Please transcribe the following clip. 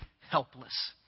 helpless